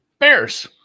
Bears